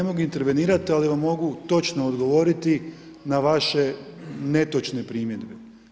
Pa ne mogu intervenirati, ali vam mogu točno odgovoriti na vaše netočne primjedbe.